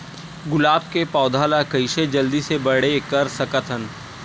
गुलाब के पौधा ल कइसे जल्दी से बड़े कर सकथन?